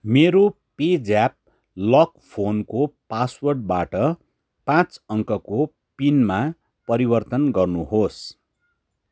मेरो पे ज्याप लक फोनको पासवर्डबाट पाँच अङ्कको पिनमा परिवर्तन गर्नुहोस्